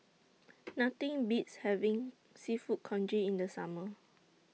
Nothing Beats having Seafood Congee in The Summer